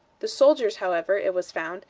the soldiers, however, it was found,